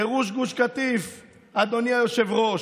גירוש גוש קטיף, אדוני היושב-ראש.